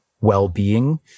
well-being